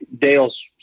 Dale's